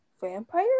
vampire